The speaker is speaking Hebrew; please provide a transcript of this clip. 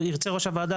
אם ראש הוועדה ירצה,